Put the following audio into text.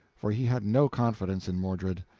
for he had no confidence in mordred.